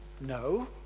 No